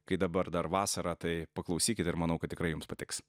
kai dabar dar vasarą tai paklausykit ir manau kad tikrai jums patiks